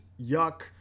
Yuck